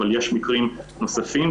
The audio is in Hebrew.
אבל יש מקרים נוספים,